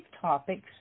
topics